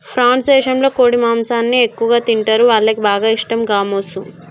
France దేశంలో కోడి మాంసాన్ని ఎక్కువగా తింటరు, వాళ్లకి బాగా ఇష్టం గామోసు